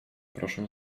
proszę